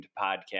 podcast